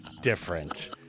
different